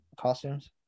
costumes